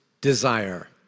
desire